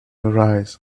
arise